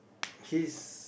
his